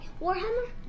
Warhammer